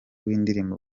w’indirimbo